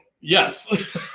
Yes